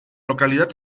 localidad